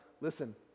Listen